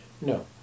No